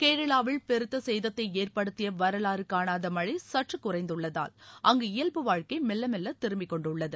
கேரளாவில் பெருத்த சேதத்தை ஏற்படுத்திய வரலாறு காணாத மழை சற்று குறைந்துள்ளதால் அங்கு இயல்பு வாழ்க்கை மெல்லமெல்ல திரும்பிக் கொண்டுள்ளது